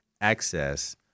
access